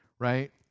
Right